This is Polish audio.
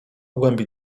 głębi